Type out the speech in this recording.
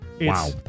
wow